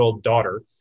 daughter